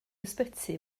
ysbyty